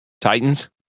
Titans